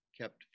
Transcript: kept